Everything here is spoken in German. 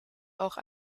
auch